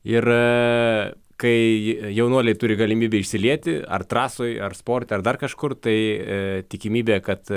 ir kai jaunuoliai turi galimybę išsilieti ar trasoj ar sporte ar dar kažkur tai tikimybė kad